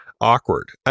awkward